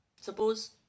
Suppose